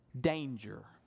danger